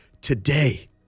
today